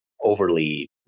overly